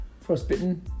Frostbitten